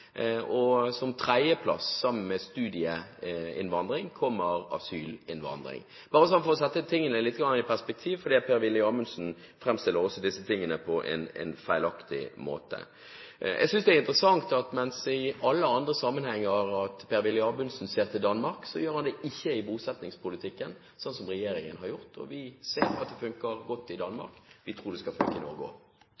sammen med studieinnvandring, kommer asylinnvandring. Bare for å sette ting litt i perspektiv, for Per-Willy Amundsen framstiller dette på en feilaktig måte. Jeg synes det er interessant at mens Per-Willy Amundsen i alle andre sammenhenger ser til Danmark, gjør han det ikke i bosettingspolitikken, slik regjeringen har gjort. Vi ser at det funker godt i